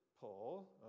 Paul